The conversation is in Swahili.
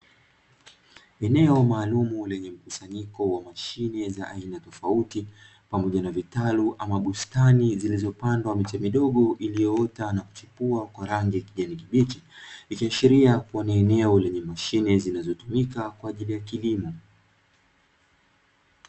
Eneo maalumu lenye mkusanyiko wa mashine za aina tofauti pamoja na vitaru ama bustani zilizopandwa miche midogo ilioota na kuchipua kwa rangi ya kijani kibichi, ikiashiria kua ni eneo lenye mashine zinazotumika kwa ajili ya kilimo.